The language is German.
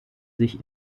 sich